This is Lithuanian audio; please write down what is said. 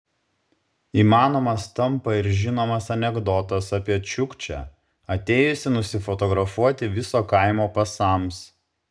įmanomas tampa ir žinomas anekdotas apie čiukčią atėjusį nusifotografuoti viso kaimo pasams